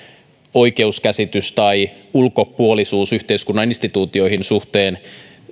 oikeuskäsitys tai ulkopuolisuus yhteiskunnan instituutioiden suhteen